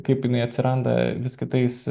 kaip jinai atsiranda vis kitais